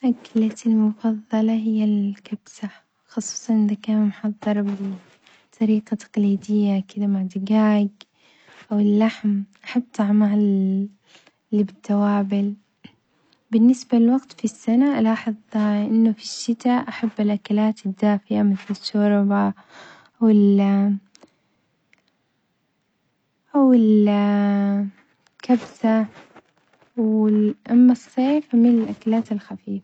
أكلتي المفظلة هي الكبسة خصوصًا إذا كان محضر بالطريقة التقليدية كدة مع الدجاج أو اللحم حتى مع اللي بالتوابل، بالنسبة لوقت في السنة ألاحظ أنه في الشتا أحب الأكلات الدافية مثل الشوربة أو ال أو ال كبسة وال أما الصيف الأكلات الخفيفة.